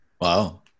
Wow